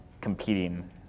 competing